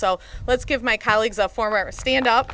so let's give my colleagues a former stand up